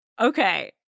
Okay